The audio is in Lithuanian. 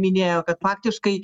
minėjo kad faktiškai